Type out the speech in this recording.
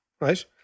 Right